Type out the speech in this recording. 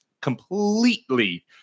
completely